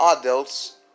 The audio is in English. adults